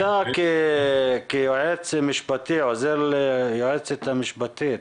אתה כיועץ משפטי, עוזר ליועצת המשפטית,